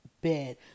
bed